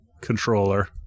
controller